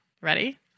Ready